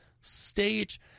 stage